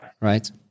Right